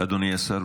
אדוני השר,